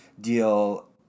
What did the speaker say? deal